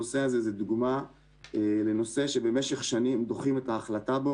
הנושא הזה הוא דוגמה לנושא שבמשך שנים דוחים את ההחלטה בו